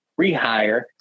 rehire